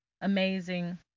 amazing